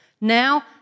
Now